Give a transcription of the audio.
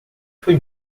foi